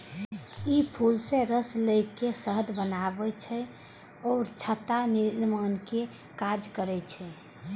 ई फूल सं रस लए के शहद बनबै छै आ छत्ता निर्माणक काज करै छै